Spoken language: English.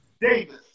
Davis